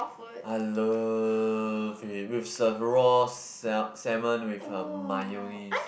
I love it with a raw sal~ salmon with um mayonnaise